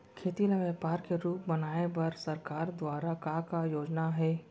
खेती ल व्यापार के रूप बनाये बर सरकार दुवारा का का योजना हे?